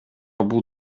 бул